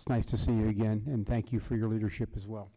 it's nice to see you again and thank you for your leadership as well